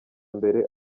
mbere